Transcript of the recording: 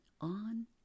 On